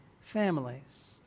families